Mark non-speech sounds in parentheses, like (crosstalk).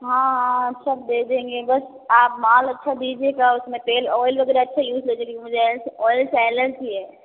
हाँ और सब दे देंगे बस आप माल अच्छा दीजिएगा उसमें तेल ऑइल वगैरह अच्छा यूज हो जाए ऑइल (unintelligible)